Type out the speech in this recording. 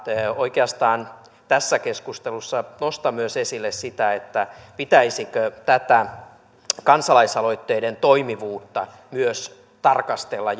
oikeastaan tässä keskustelussa nostan esille myös sitä pitäisikö myös tätä kansalaisaloitteiden toimivuutta tarkastella